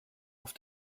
auf